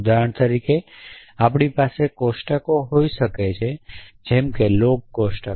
ઉદાહરણ તરીકે આપણી પાસે કોષ્ટકો હોઈ શકે છે જેમ કે લોગ કોષ્ટકો